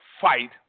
fight